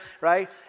right